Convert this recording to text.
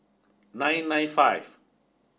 nine nine five